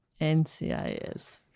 NCIS